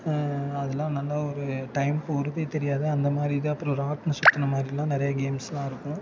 அதலாம் நல்லா ஒரு டைம் போகிறதே தெரியாது அந்த மாதிரி இது அப்புறம் ராட்டினம் சுத்துற மாதிரிலாம் நிறைய கேம்ஸ்லாம் இருக்கும்